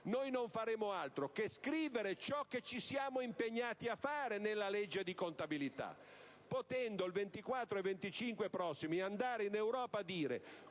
- non faremo altro che scrivere ciò che ci siamo impegnati a fare nella legge di contabilità, potendo il 24 e il 25 marzo andare in Europa a dire